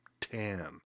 tan